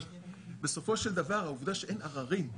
אבל בסופו של דבר העובדה שאין עררים,